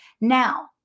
Now